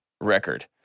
record